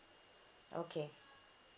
okay